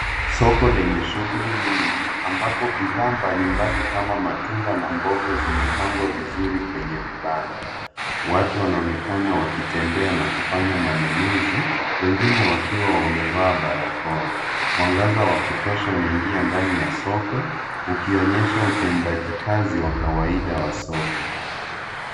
Soko lenye shughuli nyingi ambapo bidhaa mbali mbali kama matunda na mboga zimepangwa vizuri kwenye vibanda. Watu wanaonekana wakitembea na kufanya manunuzi wengine wakiwa wamevaa barakoa. Mwangaza wa kutosha unaingia ndani ya soko ukionyesha utendaji kazi wa kawaida wa soko.